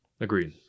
Agreed